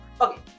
Okay